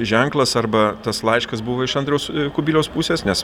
ženklas arba tas laiškas buvo iš andriaus kubiliaus pusės nes